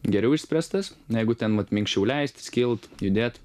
geriau išspręstas jeigu ten vat minkščiau leistis kilt judėt